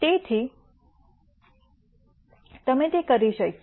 તેથી તમે તે કરી શક્યા